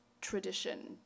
tradition